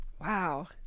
Wow